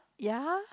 ya